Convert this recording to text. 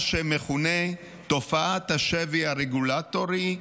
מה שמכונה "תופעת השבי הרגולטורי",